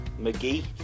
McGee